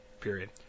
period